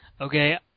Okay